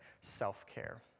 self-care